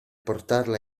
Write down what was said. portarla